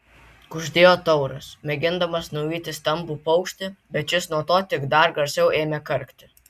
kuždėjo tauras mėgindamas nuvyti stambų paukštį bet šis nuo to tik dar garsiau ėmė karkti